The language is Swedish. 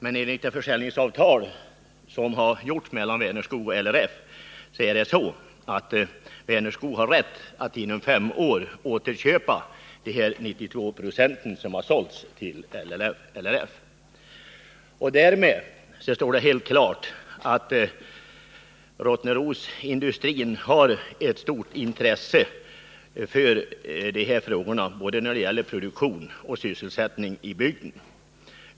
Men enligt det försäljningsavtal som har träffats mellan Vänerskog och LRF har Vänerskog rätt att inom fem år köpa tillbaka de 92 26 av aktierna som har försålts till LRF. Därmed står det helt klart att Rottnerosindustrin har ett stort intresse för de här frågorna när det gäller både produktion och sysselsättning i bygden.